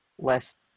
Less